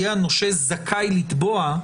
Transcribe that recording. יהיה הנושה זכאי לתבוע.